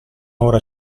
ora